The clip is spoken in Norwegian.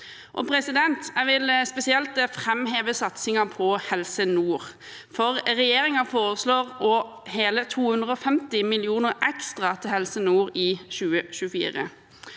ned. Jeg vil spesielt framheve satsingen på Helse nord. Regjeringen foreslår hele 250 mill. kr ekstra til Helse nord i 2024.